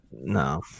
no